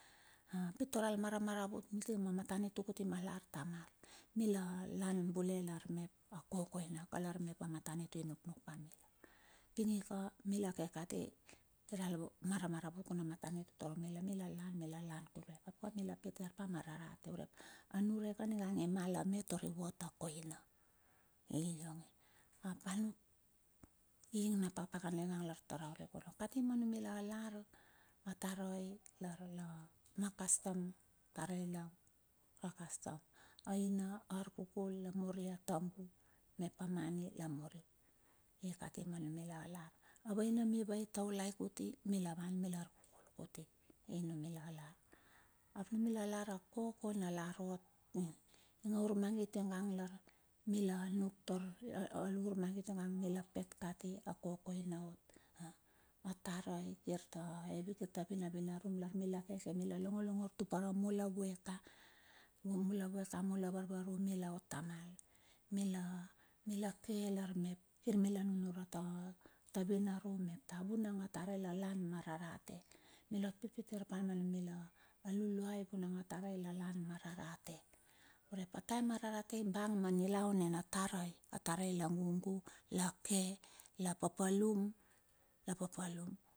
Pi tar al maramaramut miti ma matanitu kuti ma lar tamal, mi lan bule lar mep kokoina ka lar mep amatanitu inuknuk pa mila. Ping ika mila ke kati, kiral maramaravut kan a matanitu taur mila, mila lan mila lan kuruai ka. ko mila pite arpa ma rarate urep aniurek ka ninga i mal a me tar i vot a koina. I ionge. Ina paka pakana lar tar urek ono, kati manumila lar atare lar la ma custom. atare i lar, ma custom. aina arkukul la muri, atambu mep a money lamuri, ikati manumi la lar, avaina miva itaulai kuti, mila van mila arkukul kuti manumila lar. Anumila lar akokona lar ot, naur mangit iongang lar mila nuk tar, a urmagit ionga mila pet kati, a koko ina ot, atarai. Kir ta hevi kirta vinavinarum mila long longor tupera kamula vueka. Mula vueka mula varvarum, milaot tamal, mila ke lar mep kir mila nunure ta vinarum, mep vunang atare la lan ma rarate. Mi pita arpa ma luluai urep tare lan ma rarate. Urep ataem a rarate ibang ma nilaun nina tarai la gugu, la ke la papalum la papalum.